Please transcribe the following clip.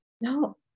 No